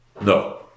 No